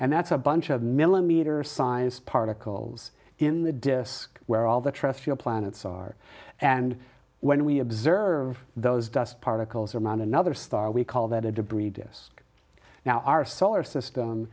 and that's a bunch of millimeters sized particles in the disk where all the trust your planets are and when we observe those dust particles around another star we call that a debris disk now our solar system